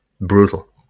brutal